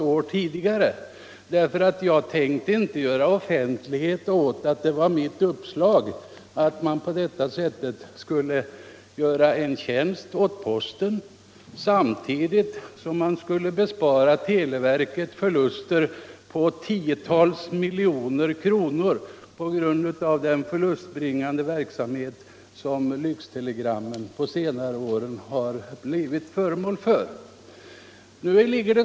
Jag tänkte nämligen inte ge offentlighet åt att det var mitt uppslag och att jag på detta sätt skulle göra posten en tjänst, samtidigt som televerket besparades en förlust på tiotals miljoner kronor eftersom lyxtelegramverksamheten på senare år har inneburit stora förluster.